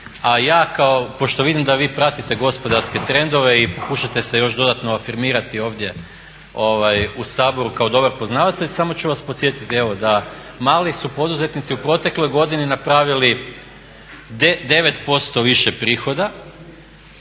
ja kao, pošto vidim da vi pratite gospodarske trendove i pokušate se još dodatno afirmirati ovdje u Saboru kao dobar poznavatelj, samo ću vas podsjetiti evo da mali su poduzetnici u protekloj godini napravili 9% više prihoda,